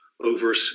over